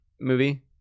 movie